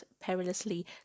perilously